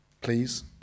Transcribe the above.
please